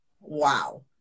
Wow